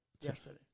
yesterday